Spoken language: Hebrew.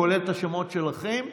כולל השמות שלכם.